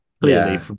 clearly